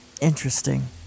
Interesting